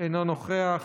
אינו נוכח,